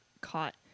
caught